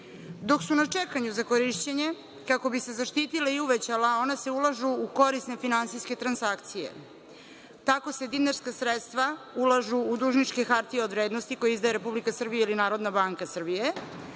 Dok su na čekanju za korišćenje, kako bi se zaštitila i uvećala, ona se ulažu u korisne finansijske transakcije, tako se dinarska sredstva ulažu u dužničke hartije od vrednosti, koje izdaje Republika Srbija ili Narodna banka Srbije,